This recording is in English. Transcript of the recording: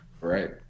Right